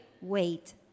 wait